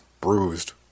bruised